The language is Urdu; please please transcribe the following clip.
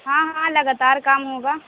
ہاں ہاں لگاتار کام ہوگا